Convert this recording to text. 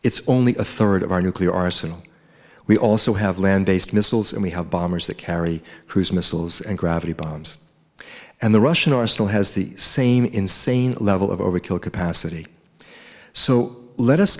it's only a third of our nuclear arsenal we also have land based missiles and we have bombers that carry cruise missiles and gravity bombs and the russians are still has the same insane level of overkill capacity so let us